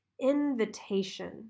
invitation